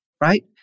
Right